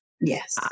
Yes